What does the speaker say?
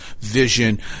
vision